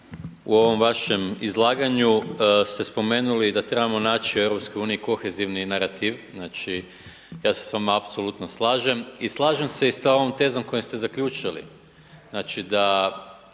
u ovom vašem izlaganju ste spomenuli da trebamo naći u EU kohezivni narativ, znači, ja se s vama apsolutno slažem. I slažem se i sa ovom tezom s kojom ste zaključili